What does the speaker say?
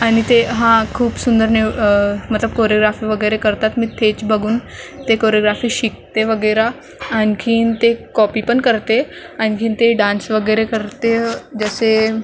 आणि ते हां खूप सुंदर न्यू मतलब कोरिओग्राफी वगैरे करतात मी तेच बघून ते कोरिओग्राफी शिकते वगैरे आणखीन ते कॉपीपण करते आणखीन ते डान्स वगैरे करते जसे